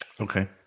Okay